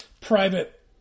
private